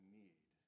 need